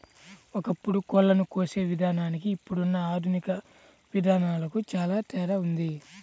ఒకప్పుడు కోళ్ళను కోసే విధానానికి ఇప్పుడున్న ఆధునిక విధానాలకు చానా తేడా ఉంది